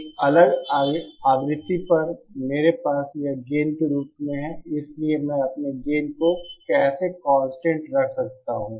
एक अलग आवृत्ति पर मेरे पास यह गेन के रूप में है इसलिए मैं अपने गेन को कैसे कांस्टेंट रख सकता हूं